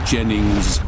Jennings